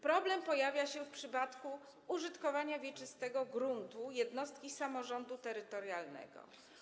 Problem pojawia się w przypadku użytkowania wieczystego gruntu jednostki samorządu terytorialnego.